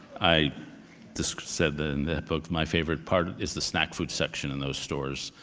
i just said that in that book. my favorite part is the snack food section in those stores,